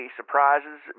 surprises